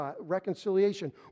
reconciliation